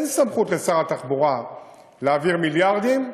אין סמכות לשר התחבורה להעביר מיליארדים,